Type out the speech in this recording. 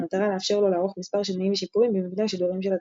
במטרה לאפשר לו לערוך מספר שינויים ושיפורים במבנה השידורים של התחנה.